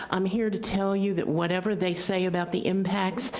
i'm here to tell you that whatever they say about the impacts,